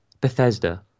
Bethesda